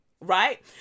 right